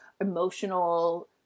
emotional